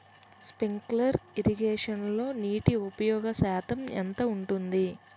Sprinkler ఇరగేషన్లో నీటి ఉపయోగ శాతం ఎంత ఉంటుంది?